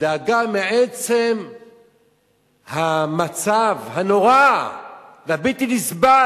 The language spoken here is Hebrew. הדאגה מעצם המצב הנורא והבלתי-נסבל